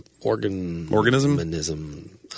organism